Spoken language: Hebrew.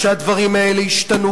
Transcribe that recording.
שהדברים האלה ישתנו,